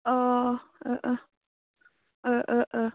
अ